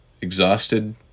exhausted